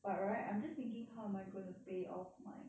but right I'm just thinking how am I going to pay off my